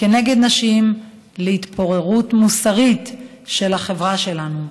כנגד נשים להתפוררות מוסרית של החברה שלנו.